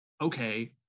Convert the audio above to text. Okay